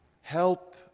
help